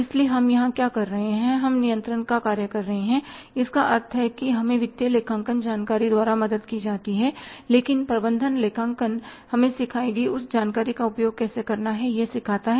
इसलिए हम यहां क्या कर रहे हैं हम नियंत्रण का कार्य कर रहे हैं इसका अर्थ है कि हमें वित्तीय लेखांकन जानकारी द्वारा मदद की जाती है लेकिन प्रबंधन लेखांकन हमें सिखाई गई उस जानकारी का उपयोग कैसे करना है यह सिखाता है